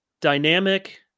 dynamic